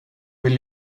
vill